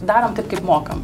darom taip kaip mokam